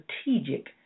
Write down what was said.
strategic